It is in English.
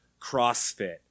CrossFit